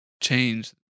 change